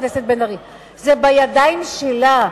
חבר הכנסת בן-ארי לא שם, זה בידיים שלה.